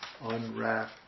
Unwrap